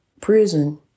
prison